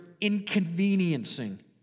inconveniencing